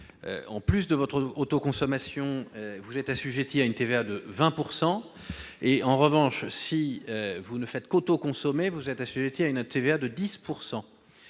en plus de votre autoconsommation, vous êtes assujettis à la TVA à un taux de 20 %. En revanche, si vous ne faites qu'autoconsommer, vous êtes assujettis à un taux de TVA de 10 %.